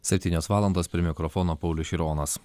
septynios valandos prie mikrofono paulius šironas